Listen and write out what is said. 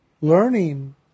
learning